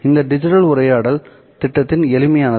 இந்த டிஜிட்டல் உரையாடல் திட்டத்தின் எளிமையானது